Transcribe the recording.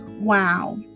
Wow